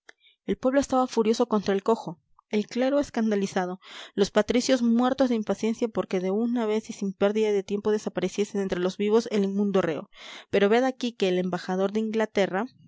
el pueblo estaba furioso contra el cojo el clero escandalizado los patricios muertos de impaciencia porque de una vez y sin pérdida de tiempo desapareciese de entre los vivos el inmundo reo pero ved aquí que el embajador de inglaterra